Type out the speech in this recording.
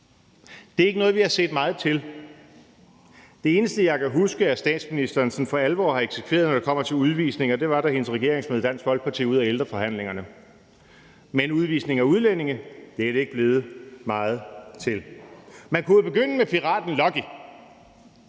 Det er ikke noget, vi har set meget til. Det eneste, jeg kan huske statsministeren har eksekveret for alvor, når det kommer til udvisninger, var, da hendes regering smed Dansk Folkeparti ud af ældreforhandlingerne. Men en udvisning af udlændinge er det ikke blevet meget til. Man kunne jo begynde med piraten Lucky,